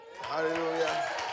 Hallelujah